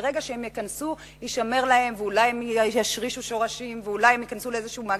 שברגע שהם ייכנסו הם יאבדו את הסטטוס,